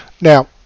Now